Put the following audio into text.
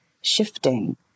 shifting